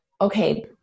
okay